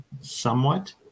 somewhat